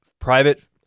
private